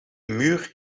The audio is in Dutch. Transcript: muur